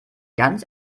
ganz